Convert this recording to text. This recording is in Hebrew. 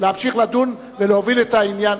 להמשיך לדון ולהוביל את העניין.